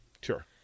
Sure